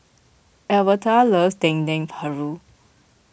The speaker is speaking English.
Albertha loves Dendeng Paru